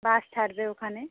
বাস ছাড়বে ওখানে